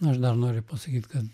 aš dar noriu pasakyt kad